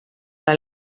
que